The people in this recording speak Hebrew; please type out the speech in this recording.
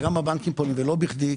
כשלא בכדי,